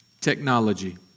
technology